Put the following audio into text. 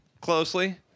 closely